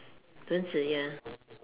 轮子 ya